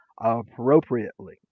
appropriately